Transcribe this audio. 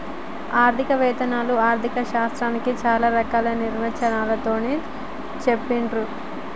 ఆర్థిక వేత్తలు ఆర్ధిక శాస్త్రాన్ని చానా రకాల నిర్వచనాలతో చెప్పిర్రు